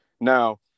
Now